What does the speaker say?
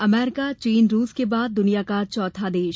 अमरीका चीन रूस के बाद दुनिया का चौथा देश